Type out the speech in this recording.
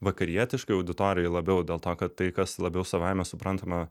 vakarietiškai auditorijai labiau dėl to kad tai kas labiau savaime suprantama